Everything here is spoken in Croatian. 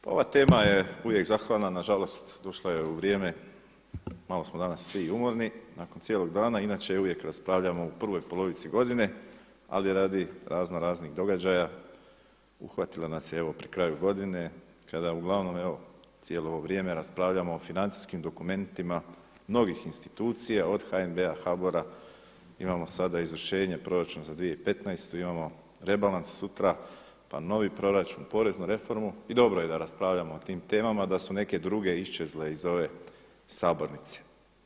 Pa ova tema je uvijek zahvalna, nažalost došla je u vrijeme, malo smo danas svi umorni nakon cijelog dana, inače je uvijek raspravljamo u prvoj polovici godine ali radi razno raznih događaja uhvatila nas je evo pri kraju godini kada uglavnom evo cijelo ovo vrijeme raspravljamo o financijskim dokumentima mnogih institucija od HNB-a, HBOR-a, imamo sada izvršenje proračuna za 2015., imamo rebalans sutra, pa novi proračun, poreznu reformu i dobro je da raspravljamo o tim temama da su neke druge iščezle iz ove sabornice.